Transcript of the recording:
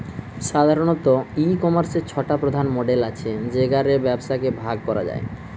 সাধারণত, ই কমার্সের ছটা প্রধান মডেল আছে যেগা রে ব্যবসাকে ভাগ করা যায়